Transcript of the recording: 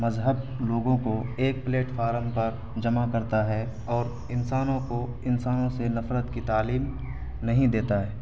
مذہب لوگوں کو ایک پلیٹفارم پر جمع کرتا ہے اور انسانوں کو انسانوں سے نفرت کی تعلیم نہیں دیتا ہے